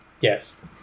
Yes